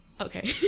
Okay